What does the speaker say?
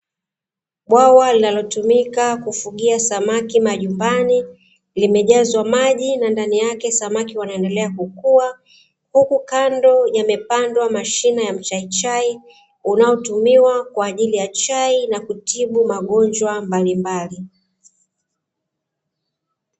Bwawa linalotumika kufugia samaki majumbani limejazwa maji, na ndani yake samaki wakizidi kukua, huku kando yamepandwa mashina ya mchaichai yanayotumiwa kwa ajili ya chai na kutibu magonjwa mbalimbali.